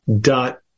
dot